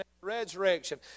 Resurrection